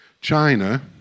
China